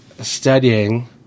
studying